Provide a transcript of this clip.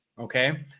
okay